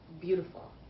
beautiful